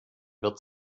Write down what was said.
wird